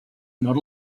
not